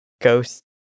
ghost